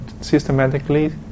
systematically